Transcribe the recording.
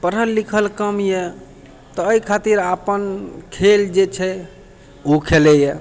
पढ़ल लिखल कम यऽ तऽ अइ खातिर अपन खेल जे छै ओ खेलैए